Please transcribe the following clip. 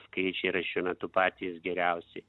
skaičiai yra šiuo metu patys geriausi